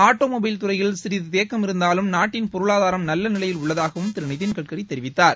auto mobile துறையில் சிநிது தேக்கம் இருந்தாலும் நாட்டின் பொருளாதாரம் நல்ல நிலையில் உள்ளதாகவும் திரு நிதின்கட்கரி தெரிவித்தார்